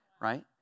right